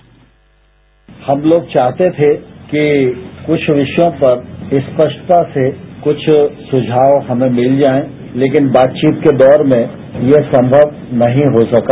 sound bite हम लोग चाहते थे कि कुछ विषयों पर स्पष्टता से कुछ सुझाव हमें मिल जाएं लेकिन बातचीत के दौर में यह संभव नहीं हो सका